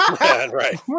right